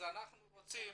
אנחנו רוצים